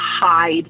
hide